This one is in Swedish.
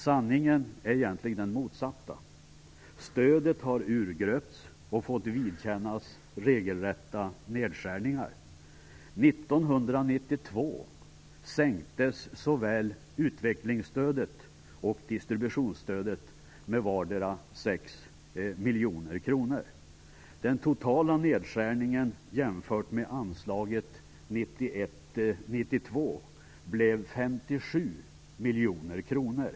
Sanningen är egentligen den motsatta. Stödet har urgröpts och fått vidkännas regelrätta nedskärningar. 1992 sänktes såväl utvecklingsstödet som distributionsstödet med vardera 6 miljoner kronor. Den totala nedskärningen jämfört med anslaget 1991/92 blev 57 miljoner kronor.